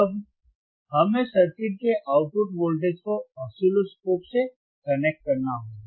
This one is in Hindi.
अब हमें सर्किट के आउटपुट वोल्टेज को ऑसिलोस्कोप से कनेक्ट करना होगा